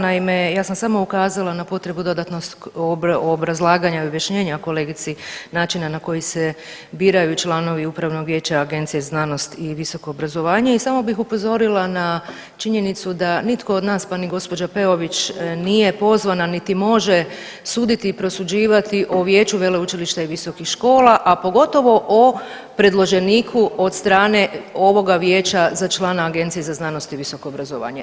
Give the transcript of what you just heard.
Naime, ja sam samo ukazala na potrebu dodatnog obrazlaganja i objašnjenja kolegici, načina na koji se biraju članovi Upravnog vijeća Agencije za znanost i visoko obrazovanje i samo bih upozorila na činjenicu da nitko od nas pa ni gospođa Peović nije pozvana niti može suditi i prosuđivati o vijeću veleučilišta i visokih škola, a pogotovo o predloženiku od strane ovoga vijeća za člana Agencije za znanost i visoko obrazovanje.